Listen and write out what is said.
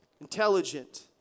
intelligent